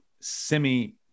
semi